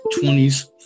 20s